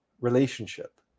relationship